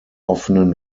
offenen